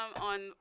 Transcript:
on